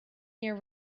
year